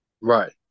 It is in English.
Right